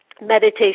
Meditation